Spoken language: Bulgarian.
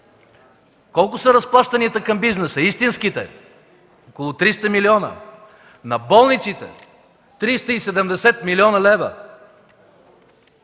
Колко са разплащанията към бизнеса – истинските? Около 300 милиона; на болниците – 370 млн. лв.;